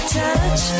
touch